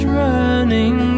running